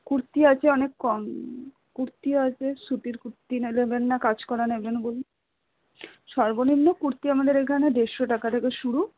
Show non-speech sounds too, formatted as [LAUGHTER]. কুর্তি আছে অনেক কম কুর্তি আছে সুতির কুর্তি [UNINTELLIGIBLE] নেবেন না কাজ করা নেবেন বলুন সর্বনিম্ন কুর্তি আমাদের এইখানে দেড়শো টাকা থেকে শুরু